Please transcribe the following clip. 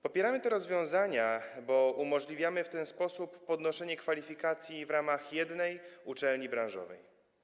Popieramy te rozwiązania, bo umożliwiamy w ten sposób podnoszenie kwalifikacji w ramach jednej uczelni branżowej.